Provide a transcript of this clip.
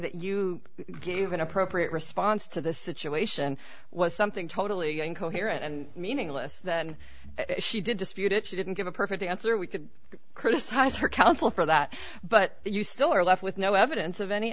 that you gave an appropriate response to the situation was something totally incoherent and meaningless then she did dispute it she didn't give a perfectly answer we could criticize her counsel for that but you still are left with no evidence of any